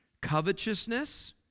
covetousness